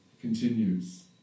continues